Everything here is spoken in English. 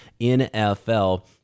NFL